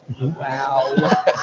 Wow